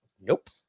Nope